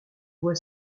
voie